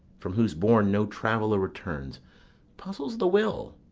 from whose bourn no traveller returns puzzles the will,